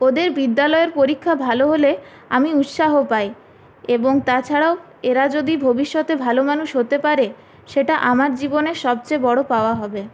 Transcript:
ওদের বিদ্যালয়ের পরীক্ষা ভালো হলে আমি উৎসাহ পাই এবং তাছাড়াও এরা যদি ভবিষ্যতে ভালো মানুষ হতে পারে সেটা আমার জীবনের সবচেয়ে বড় পাওয়া হবে